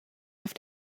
have